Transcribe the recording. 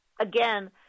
again